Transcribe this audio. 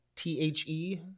T-H-E